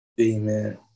Amen